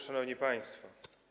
Szanowni Państwo!